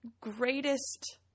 greatest